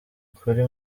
kuri